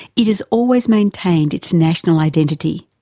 it has always maintained its national identity.